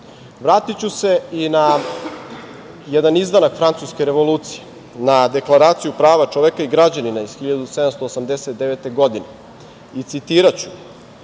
Ustavu. Vratiću se i na jedan izdanak Francuske revolucije, na Deklaraciju prava čoveka i građanina iz 1789. godine i citiraću.